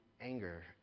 anger